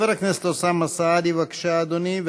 חבר הכנסת אוסאמה סעדי, בבקשה, אדוני.